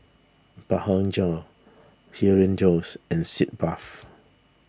Blephagel Hirudoid and Sitz Bath